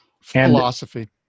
Philosophy